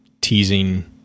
teasing